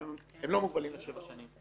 היום הם לא מוגבלים לשבע שנים.